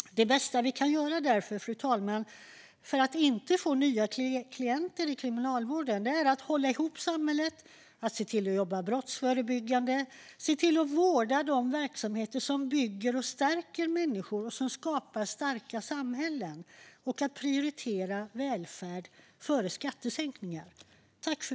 Det bästa vi kan göra för att inte få nya klienter i kriminalvården är att hålla ihop samhället, jobba brottsförebyggande, vårda de verksamheter som bygger och stärker människor och som skapar starka samhällen samt prioritera välfärd före skattesänkningar.